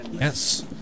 Yes